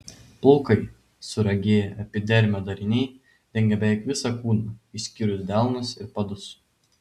plaukai suragėję epidermio dariniai dengia beveik visą kūną išskyrus delnus ir padus